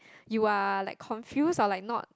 you are like confused or like not